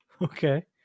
Okay